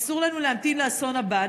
אסור לנו להמתין לאסון הבא.